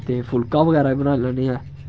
ते फुलका बगैरा बी बनाई लैन्ने आं